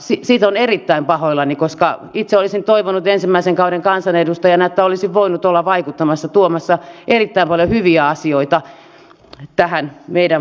siitä olen erittäin pahoillani koska itse olisin toivonut ensimmäisen kauden kansanedustajana että olisin voinut olla vaikuttamassa tuomassa erittäin paljon hyviä asioita tähän meidän politiikkaamme